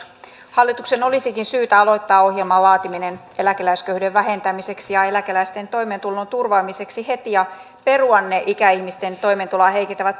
hallituksen olisikin syytä aloittaa ohjelman laatiminen eläkeläisköyhyyden vähentämiseksi ja eläkeläisten toimeentulon turvaamiseksi heti ja perua ne ikäihmisten toimeentuloa heikentävät